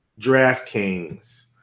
DraftKings